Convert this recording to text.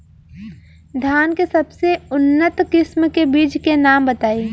धान के सबसे उन्नत किस्म के बिज के नाम बताई?